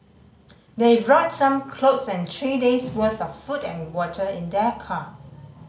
they brought some clothes and three days' worth of food and water in their car